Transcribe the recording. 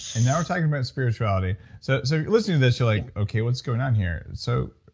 and now we're talking about spirituality. so so listening to this, you're like, okay what's going on here? so